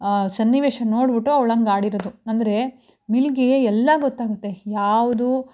ಆ ಸನ್ನಿವೇಶ ನೋಡಿಬಿಟ್ಟು ಅವ್ಳು ಹಂಗಾಡಿರೋದು ಅಂದರೆ ಮಿಲ್ಕಿಗೆ ಎಲ್ಲ ಗೊತ್ತಾಗುತ್ತೆ ಯಾವುದು